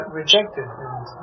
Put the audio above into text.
rejected